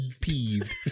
Peeved